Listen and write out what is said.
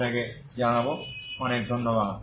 আপনাকে অনেক ধন্যবাদ